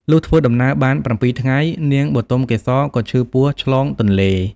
លុះធ្វើដំណើរបាន ៧ ថ្ងៃ នាងបុទមកេសរក៏ឈឺពោះឆ្លងទន្លេ។